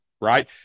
right